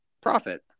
profit